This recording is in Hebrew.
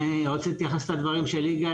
אני רציתי להתייחס לדברים של יגאל,